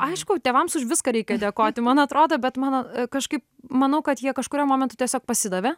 aišku tėvams už viską reikia dėkoti man atrodo bet mano kažkaip manau kad jie kažkuriuo momentu tiesiog pasidavė